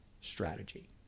strategy